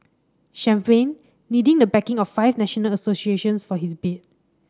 champagne needing the backing of five national associations for his bid